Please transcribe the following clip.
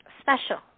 special